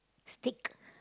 steak